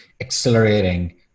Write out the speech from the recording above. accelerating